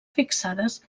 fixades